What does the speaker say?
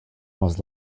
was